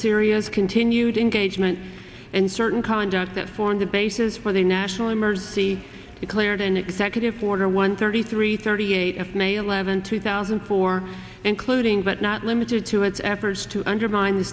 syria's continued engagement and certain conduct that formed the basis for the national emergency declared in executive order one thirty three thirty eight of may eleventh two thousand and four including but not limited to its efforts to undermine the